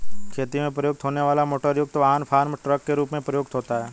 खेती में प्रयुक्त होने वाला मोटरयुक्त वाहन फार्म ट्रक के रूप में प्रयुक्त होता है